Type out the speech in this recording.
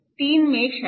3 mesh आहेत